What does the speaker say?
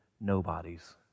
nobodies